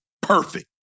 perfect